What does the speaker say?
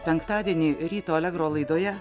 penktadienį ryto allegro laidoje